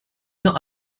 not